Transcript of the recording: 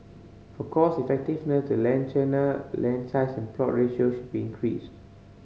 for cost effectiveness the land tenure land size and plot ratio should be increased